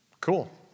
cool